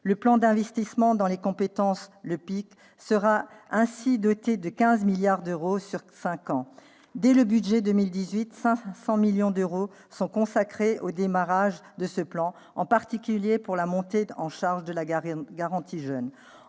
Le plan d'investissement dans les compétences sera ainsi doté de 15 milliards d'euros sur cinq ans. Dès 2018, 500 millions d'euros sont consacrés au démarrage de ce plan, en particulier pour la montée en charge de la garantie jeunes.